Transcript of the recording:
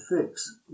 fix